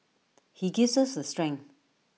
he gives us the strength